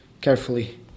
carefully